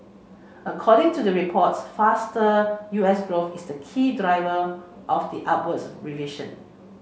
according to the report faster U S growth is the key driver of the upwards revision